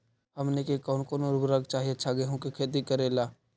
हमनी के कौन कौन उर्वरक चाही अच्छा गेंहू के खेती करेला?